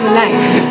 life